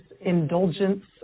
indulgence